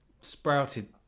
sprouted